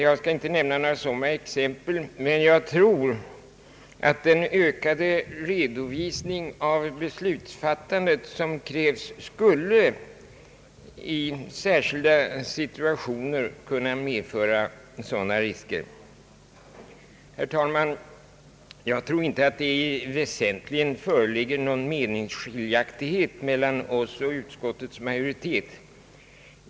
Jag skall inte nämna några sådana exempel, men jag tror att den ökade redovisning av beslutsfattandet som krävs skulle i särskilda situationer kunna medföra sådana risker. Herr talman! Jag tror inte att det föreligger några väsentliga meningsskiljaktigheter mellan oss och utskottets majoritet.